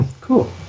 Cool